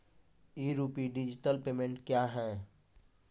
ई rupee digital payment क्या हैं?